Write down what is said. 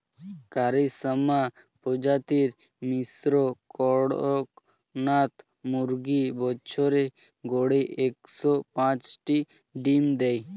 কারি শ্যামা প্রজাতির মিশ্র কড়কনাথ মুরগী বছরে গড়ে একশ পাঁচটি ডিম দেয়